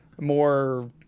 more